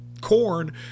corn